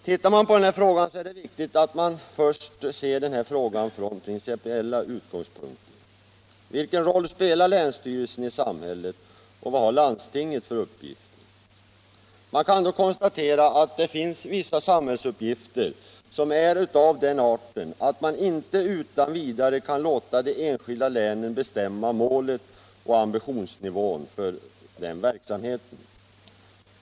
Det är viktigt att man först ser den här frågan från principiella utgångspunkter. Vilken roll spelar länsstyrelsen i samhället och vad har landstinget för uppgifter? Man kan då konstatera att det finns vissa samsamhällsuppgifter som är av den arten att man inte utan vidare kan låta de enskilda länen bestämma målet och ambitionsnivån för verksamheten.